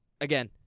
again